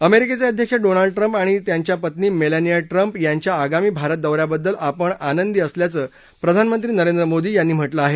अमेरिकेचे अध्यक्ष Donald Trump आणि त्यांच्या पत्नी मेलानिया ट्रम्प यांच्या आगामी भारत दौ याबद्दल आपण खुष असल्याचं प्रधानमंत्री नरेंद्र मोदी यांनी म्हटलं आहे